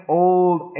old